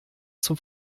zum